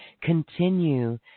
continue